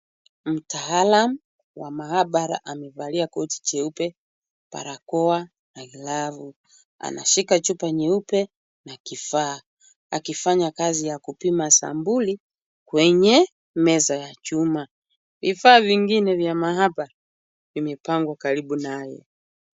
Mtaalam wa maabara amevalia koti cheupe, barakoa na glavu. Anashika chupa nyeupe na kifaa akifanya kazi ya kupima sampuli kwenye meza ya chuma. Vifaa vingine vya maabara vimepangwa karibu nayo.